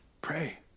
pray